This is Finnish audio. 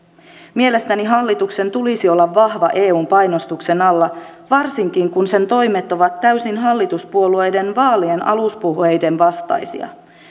mielestäni hallituksen tulisi olla vahva eun painostuksen alla varsinkin kun sen toimet ovat täysin hallituspuolueiden vaalienaluspuheiden vastaisia